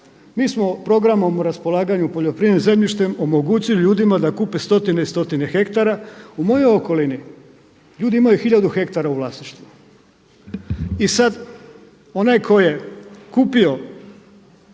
Mi smo programom o raspolaganjem poljoprivrednim zemljištem omogućili ljudima da kupe stotine i stotine hektara. U mojoj okolini ljudi imaju tisuću hektara u vlasništvu i sad onaj tko je kupio